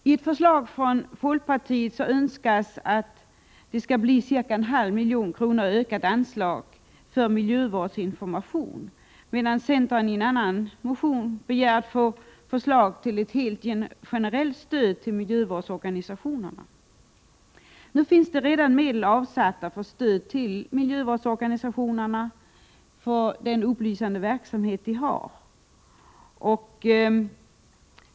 I ett förslag från folkpartiet önskas ca 1/2 milj.kr. i ökat anslag för miljövårdsinformation, medan centern i en annan motion begär att få förslag om generellt statligt stöd till miljöorganisationerna. Det finns redan medel avsatta för stöd till miljöorganisationerna för deras upplysande verksamhet.